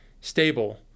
stable